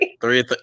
Three